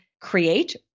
create